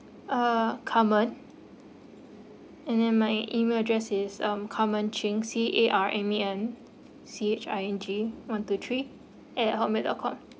uh carmen and then my email address is um carmen ching C A R M E N C H I N G one two three at hot mail dot com